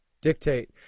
dictate